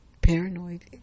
paranoid